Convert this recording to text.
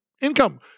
income